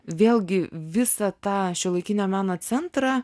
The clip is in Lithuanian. vėlgi visą tą šiuolaikinio meno centrą